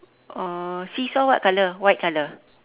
uh seesaw what colour white colour